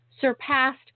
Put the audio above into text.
surpassed